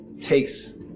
takes